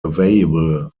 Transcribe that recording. available